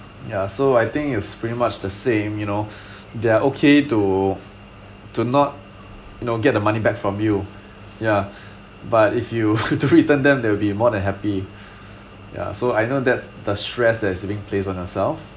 ya so I think it's pretty much the same you know they are okay to to not you know get the money back from you ya but if you to return them they'll be more than happy ya so I know that's the stress that is being placed on yourself